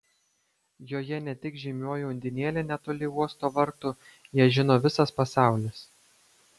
joje ne tik žymioji undinėlė netoli uosto vartų ją žino visas pasaulis